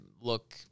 look